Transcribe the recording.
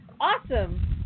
Awesome